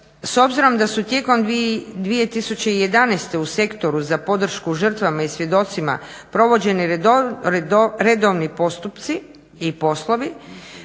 s obzirom da su tijekom 2011.u sektoru za podršku žrtvama i svjedocima provođeni redovni postupci i poslovi